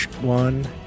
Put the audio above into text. one